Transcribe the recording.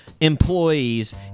employees